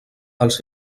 als